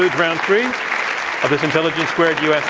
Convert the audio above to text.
round three of this intelligence squared u. s.